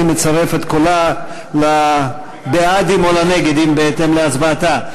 ואני מצרף את קולה ל"בעדים" או ל"נגדים" בהתאם להצבעתה.